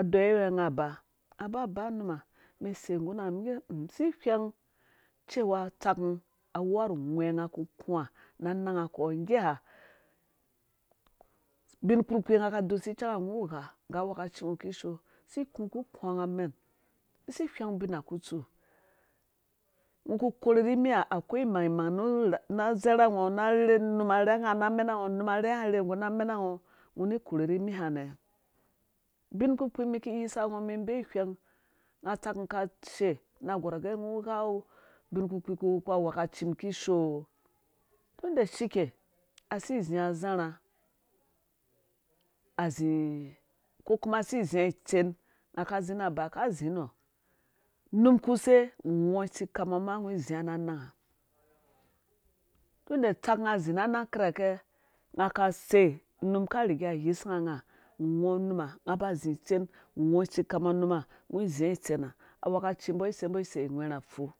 a deyowe nga ba nga ba ba numa mɛn sei ngurha nga ngge mum si whɛng cewa utsak mum a wea nu ngwhɛ nga ku kunga na nanga akɔ nggeha bin kpurkpii nga da doisi cang ngɔ gha nggu angwhɛ kaci ngɔ kishoo si ku ku kungo mɛn si whɛng bina ku tsu ngɔ ku korhe ni miha akwai mangmang nu nu zarha ngɔ num a rherhe nggu na mena ngɔ ngɔ ni korhe ni miha nɛ ubin kpurkpii miki yisa ngɔ mum bei whɛng nga tsak mum ka shea na gorh agɛ bin kpurkpii ku wu kpu angwhenkaci mum kishoo tuda shike asi zii zarha ko kuma si zai itsen nga ka zi na ba ka zi nɔ num ku sei ngɔ tiskam ngɔ ma ngɔ zi ngɔ na nangha tunde tsak mum zi na nang kirhake nga sei num ka riga yisu nga nga ngɔ numa nga ba zi itsen ngɔ tsikam ngo zi ngɔ tsen ha angwhekaci ngɔ numa ai sei mbɔ inghwerha fu